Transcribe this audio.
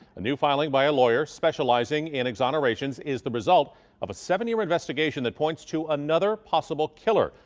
a new filing by a lawyer specializing in exonerations is the result of a seven-year investigation that points to another possible killer.